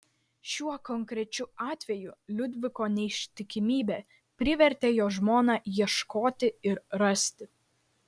šiuo konkrečiu atveju liudviko neištikimybė privertė jo žmoną ieškoti ir rasti